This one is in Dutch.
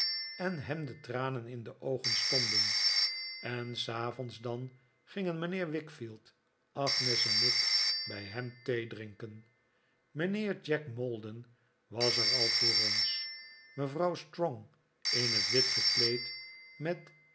en hem de tranen in de oogen stonden en s avonds dan gingen mijnheer wickfield agnes en ik bij hem theedrinken mijnheer jack maldon was er al voor ons mevrouw strong in het wit gekleed met